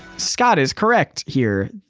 scott is correct here,